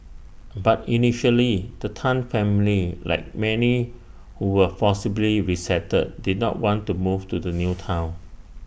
but initially the Tan family like many who were forcibly resettled did not want to move to the new Town